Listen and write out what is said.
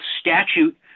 statute